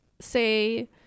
say